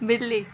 بلی